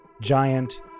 giant